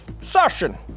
session